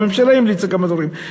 והממשלה המליצה כמה דברים.